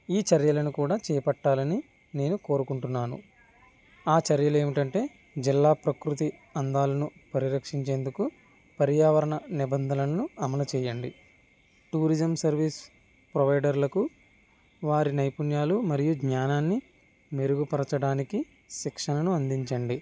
ఈ చర్యలను కూడా చేపట్టాలని నేను కోరుకుంటున్నాను ఆ చర్యలు ఏంటంటే జిల్లా ప్రకృతి అందాలను పరిరక్షించేందుకు పర్యావరణ నిబంధనలను అమలు చేయండి టూరిజం సర్వీస్ ప్రొవైడర్లకు వారి నైపుణ్యాలు మరియు జ్ఞానాన్ని మెరుగుపరచడానికి శిక్షణను అందించండి